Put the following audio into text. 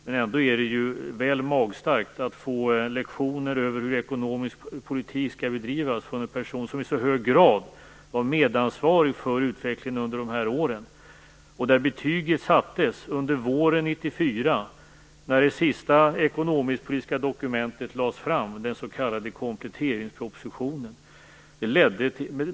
Men ändå är det väl magstarkt att få lektioner i hur ekonomisk politik skall bedrivas av en person som i så hög grad var medansvarig för utvecklingen under de här åren. Betygen sattes under våren 1994 när det sista ekonomiskpolitiska dokumentet, den s.k. kompletteringspropositionen, lades fram.